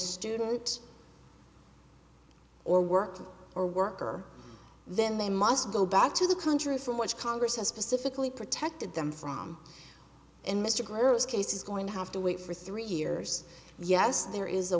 student or work or work or then they must go back to the country from which congress has specifically protected them from in mr girl's case is going to have to wait for three years yes there is a